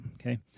Okay